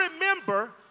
remember